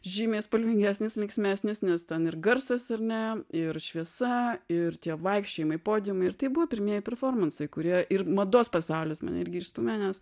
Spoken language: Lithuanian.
žymiai spalvingesnis linksmesnis nes ten ir garsas ar ne ir šviesa ir tie vaikščiojimai podiumai ir tai buvo pirmieji performansai kurie ir mados pasaulis mane irgi išstūmė nes